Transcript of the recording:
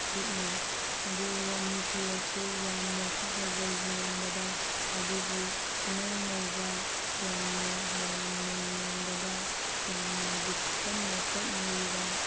ꯈꯨꯠꯅ ꯑꯗꯨꯒ ꯔꯥꯅꯤ ꯐꯤ ꯑꯁꯤ ꯌꯥꯝꯅꯁꯨ ꯐꯖꯩ ꯌꯦꯡꯕꯗ ꯑꯗꯨꯕꯨ ꯏꯅꯧ ꯅꯧꯕ ꯌꯥꯝꯅ ꯃꯌꯥꯝꯅ ꯌꯦꯡꯕꯗ ꯌꯥꯝꯅ ꯍꯧꯖꯤꯛ ꯀꯟꯅ ꯆꯠꯅꯔꯤꯕ